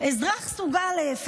"אזרח סוג א'",